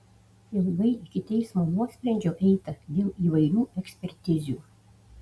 ilgai iki teismo nuosprendžio eita dėl įvairių ekspertizių